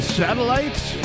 satellites